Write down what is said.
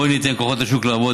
בואי ניתן לכוחות השוק לעבוד,